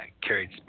carried